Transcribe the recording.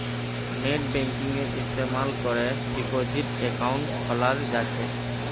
नेटबैंकिंगेर इस्तमाल करे डिपाजिट अकाउंट खोलाल जा छेक